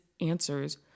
answers